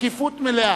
שקיפות מלאה.